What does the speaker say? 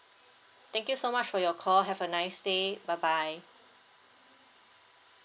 thank you so much for your call have a nice day bye bye